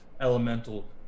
elemental